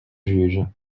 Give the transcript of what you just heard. juge